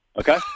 Okay